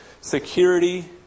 security